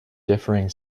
differing